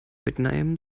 mitnehmen